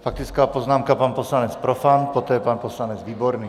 Faktická poznámka, pan poslanec Profant, poté pan poslanec Výborný.